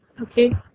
Okay